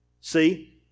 see